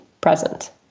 present